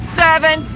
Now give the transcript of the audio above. seven